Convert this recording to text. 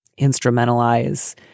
instrumentalize